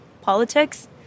politics